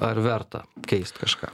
ar verta keist kažką